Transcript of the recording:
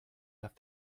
left